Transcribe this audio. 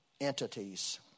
entities